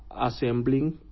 assembling